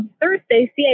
Thursday